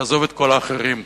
שיעזוב את כל האחרים.